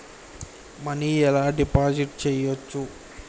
Money ఎలా deposit చేయచ్చు?